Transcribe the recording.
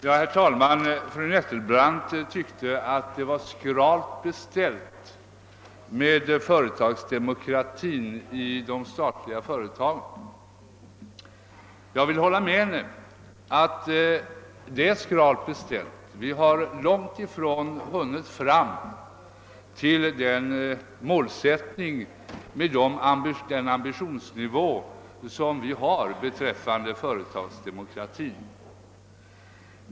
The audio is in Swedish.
Herr talman! Fru Nettelbrandt tyckte att det var skralt beställt med företagsdemokratin i de statliga företagen. Jag vill hålla med henne om att det är skralt beställt; vi har långt ifrån uppnått det mål vi ställt upp och den ambitionsnivå vi har beträffande företagsdemokratin.